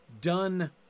done